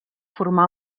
formà